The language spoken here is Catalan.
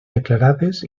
declarades